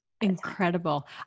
incredible